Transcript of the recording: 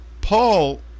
Paul